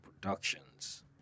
Productions